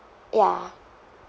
ya